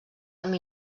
amb